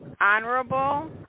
honorable